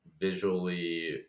visually